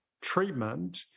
treatment